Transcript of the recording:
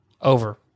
over